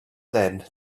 then